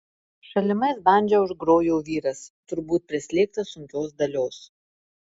šalimais bandža užgrojo vyras turbūt prislėgtas sunkios dalios